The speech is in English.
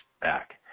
back